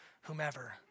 whomever